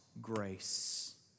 grace